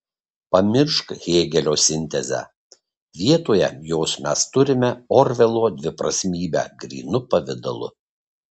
pamiršk hėgelio sintezę vietoje jos mes turime orvelo dviprasmybę grynu pavidalu